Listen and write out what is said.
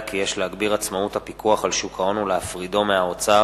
כי יש להגביר את עצמאות הפיקוח על שוק ההון ולהפרידו מהאוצר,